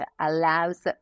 allows